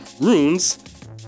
runes